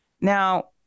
Now